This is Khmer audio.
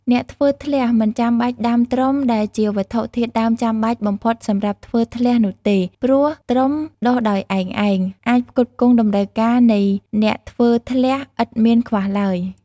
អ្នកធ្វើធ្លះមិនចាំបាច់ដាំត្រុំដែលជាវត្ថុធាតុដើមចាំបាច់បំផុតសម្រាប់ធ្វើធ្លះនោះទេ ព្រោះត្រុំដុះដោយឯងៗ អាចផ្គត់ផ្គង់តម្រូវការនៃអ្នកធ្វើធ្លះឥតមានខ្វះឡើយ។